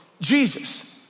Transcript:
Jesus